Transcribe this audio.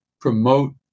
promote